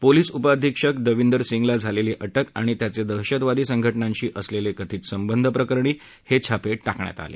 police उपअधीक्षक दविंदर सिंगलाझालेली अटक आणि त्याचे दहशतवादी संघटनांशी असलेले कथित संबंध प्रकरणी हे छापेटाकण्यात आले